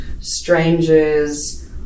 strangers